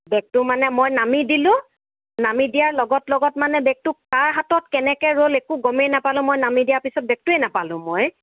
বেগটো মানে মই নামি দিলোঁ নামি দিয়াৰ লগত লগত মানে বেগটো কাৰ হাতত কেনেকৈ ৰ'ল একো গমেই নাপালোঁ মই নামি দিয়াৰ পিছত বেগটোৱেই নাপালোঁ মই